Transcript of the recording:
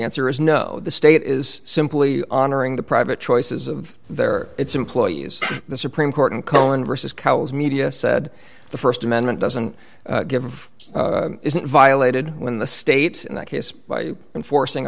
answer is no the state is simply honoring the private choices of their it's employees the supreme court and colon versus cows media said the st amendment doesn't give violated when the state in that case and forcing